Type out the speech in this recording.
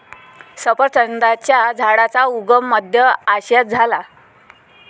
सफरचंदाच्या झाडाचा उगम मध्य आशियात झाला